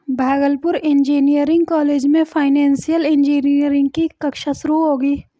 Bhagalpur engineering college में financial engineering की कक्षा शुरू होगी